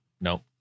No